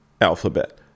alphabet